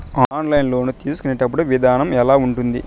online loan తీసుకునేటప్పుడు విధానం ఎలా ఉంటుంది